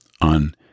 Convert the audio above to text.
on